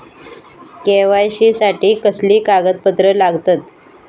KYC साठी कसली कागदपत्र लागतत?